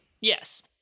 Yes